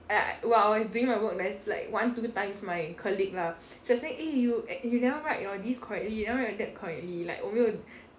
like while I was doing my work there's like one two times my colleague lah she will say eh you eh you never write your this correctly you never write your that correctly like 我没有